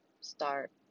start